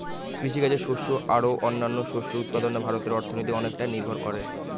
কৃষিকাজে শস্য আর ও অন্যান্য শস্য উৎপাদনে ভারতের অর্থনীতি অনেকটাই নির্ভর করে